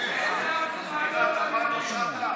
אדוני היושב-ראש, למה היא מתחבאת?